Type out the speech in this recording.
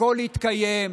הכול התקיים.